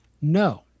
No